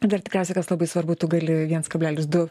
dar tikriausiai kas labai svarbu tu gali viens kablelis du